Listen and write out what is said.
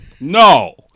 No